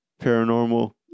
paranormal